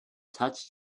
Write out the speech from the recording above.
touched